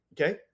okay